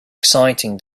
exciting